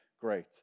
great